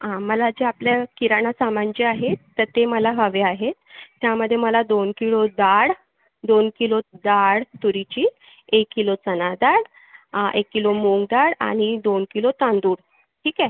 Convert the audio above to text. हा मला जे आपल्या किराणा सामान जे आहे तर ते मला हवे आहे त्यामध्ये मला दोन किलो डाळ दोन किलो डाळ तुरीची एक किलो चणा डाळ एक किलो मुंग डाळ आणि दोन किलो तांदूळ ठीक आहे